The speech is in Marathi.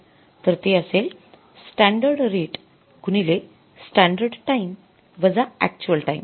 तर ते असेल स्टॅंडर्ड रेट गुणिले स्टॅंडर्ड टाईम वजा अक्चुअल टाईम